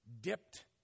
dipped